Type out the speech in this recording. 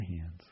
hands